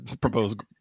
proposed